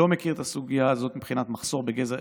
אני לא מכיר את הסוגיה הזאת מבחינת מחסור בגזר.